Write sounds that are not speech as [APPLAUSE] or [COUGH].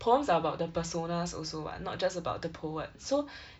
poems are about the personas also [what] not just about the poet so [BREATH]